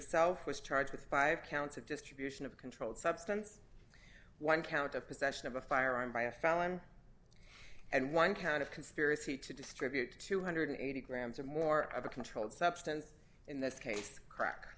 himself was charged with five counts of distribution of controlled substance one count of possession of a firearm by a felon and one count of conspiracy to distribute two hundred and eighty grams or more of a controlled substance in this case crack